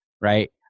right